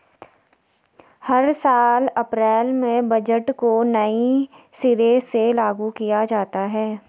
हर साल अप्रैल में बजट को नये सिरे से लागू किया जाता है